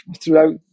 throughout